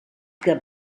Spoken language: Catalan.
que